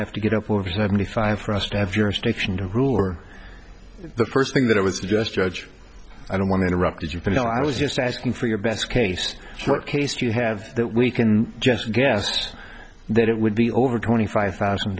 have to get up for seventy five for us to have jurisdiction to rule or the first thing that i was just judge i don't want to interrupt you but i was just asking for your best case what case do you have that we can just guessed that it would be over twenty five thousand